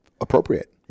appropriate